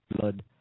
blood